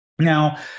Now